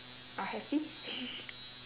are happy